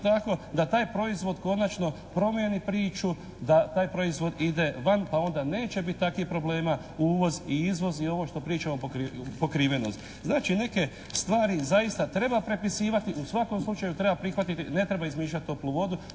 tako da taj proizvod konačno promijeni priču, da taj proizvod ide van pa onda neće biti takvih problema uvoz i izvoz i ovo što pričamo pokrivenost. Znači neke stvari zaista treba prepisivati, u svakom slučaju treba prihvatiti, ne treba izmišljati toplu vodu